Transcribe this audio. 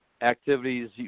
Activities